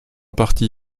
partie